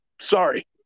Sorry